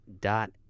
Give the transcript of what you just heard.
dot